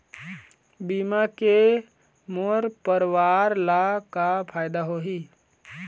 बीमा के मोर परवार ला का फायदा होही?